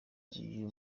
uyu